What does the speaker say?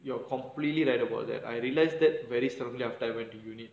you are completely right about that I realise that very strongly after I went to university